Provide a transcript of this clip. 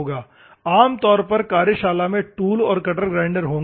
आम तौर पर कार्यशाला में टूल और कटर ग्राइंडर होंगे